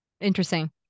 Interesting